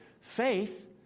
Faith